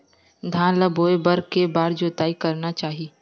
धान ल बोए बर के बार जोताई करना चाही?